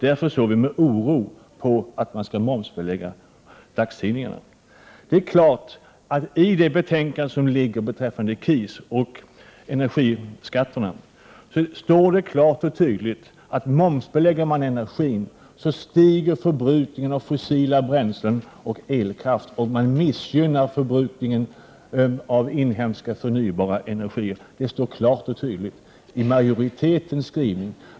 Därför har vi sagt att vi ser med oro på en sådan utveckling. När det gäller KIS och energiskatterna står det klart och tydligt i det aktuella betänkandet att förbrukningen av fossila bränslen och elkraft stiger, om man momsbelägger energin. Dessutom missgynnas förbrukningen av inhemska förnybara energislag. Detta framgår alltså klart och tydligt av majoritetens skrivning.